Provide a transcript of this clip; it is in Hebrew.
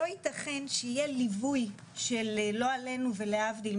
לא יתכן שיהיה ליווי של לא עלינו ולהבדיל,